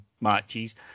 matches